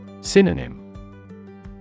Synonym